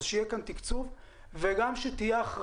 אז שיהיה כאן תקצוב ושתהיה גם אחריות.